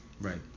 right